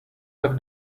have